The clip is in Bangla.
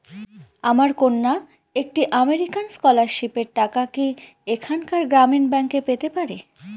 আমার কন্যা একটি আমেরিকান স্কলারশিপের টাকা কি এখানকার গ্রামীণ ব্যাংকে পেতে পারে?